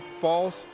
false